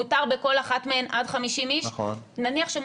שקשורים לבתי אוכל וזה החזרת המצב הקודם לקדמותו,